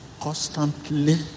Constantly